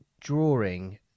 drawing